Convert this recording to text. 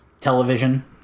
television